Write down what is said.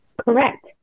Correct